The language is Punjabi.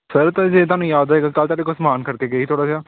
ਸਰ ਅਤੇ ਜੇ ਤੁਹਾਨੂੰ ਯਾਦ ਹੋਏਗਾ ਕੱਲ੍ਹ ਤੁਹਾਡੇ ਕੋਲ ਸਮਾਨ ਖੜ ਕੇ ਗਏ ਸੀ ਥੋੜ੍ਹਾ ਜਿਹਾ